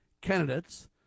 candidates